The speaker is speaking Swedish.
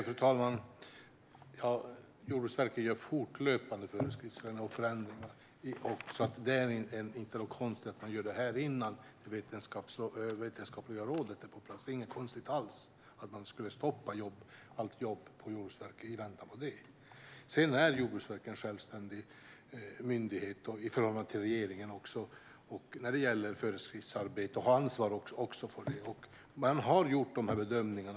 Fru talman! Jordbruksverket gör fortlöpande förändringar i föreskrifter. Det är inte något konstigt att det gör det innan det vetenskapliga rådet är på plats. Det är inte alls något konstigt. Man kan inte stoppa allt jobb på Jordbruksverket i väntan på det. Jordbruksverket är en självständig myndighet också i förhållande till regeringen när det gäller arbetet med föreskrifter och har ansvaret för det. Det har gjort dessa bedömningar.